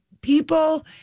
people